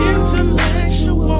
Intellectual